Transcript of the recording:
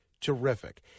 terrific